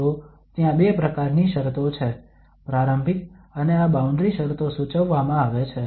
તો ત્યાં બે પ્રકારની શરતો છે પ્રારંભિક અને આ બાઉન્ડ્રી શરતો સૂચવવામાં આવે છે